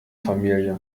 familie